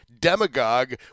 demagogue